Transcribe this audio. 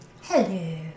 Hello